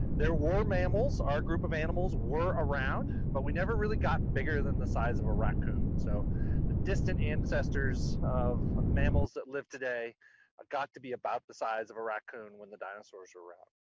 there were mammals. our group of animals were around. but we never really got bigger than the size of a raccoon. so the distant ancestors of mammals that live today ah got to be about the size of a raccoon when the dinosaurs were around.